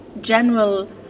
general